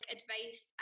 advice